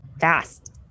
fast